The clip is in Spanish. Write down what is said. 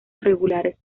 regulares